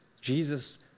Jesus